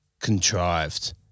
contrived